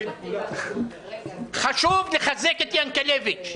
חשוב לחזק את ינקלביץ'.